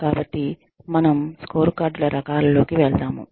కాబట్టి మనం స్కోర్కార్డుల రకాలు లోకి వెళ్దాము